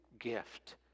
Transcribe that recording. gift